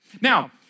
Now